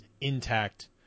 intact